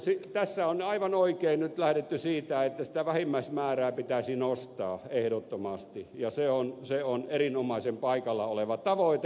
mutta tässä on nyt aivan oikein lähdetty siitä että sitä vähimmäismäärää pitäisi nostaa ehdottomasti ja se on erinomaisen paikallaan oleva tavoite